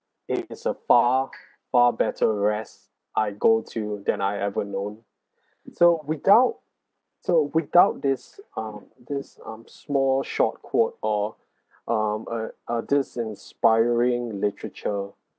it is a far far better rest I go to than I ever known so without so without this um this um small short quote or um uh uh this inspiring literature